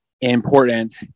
important